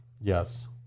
Yes